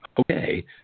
okay